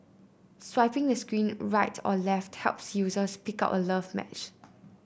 swiping the screen right of left helps users pick out a love match